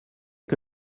que